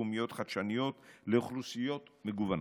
שיקומיות חדשניות לאוכלוסיות מגוונות,